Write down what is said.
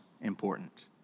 important